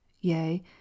yea